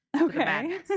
Okay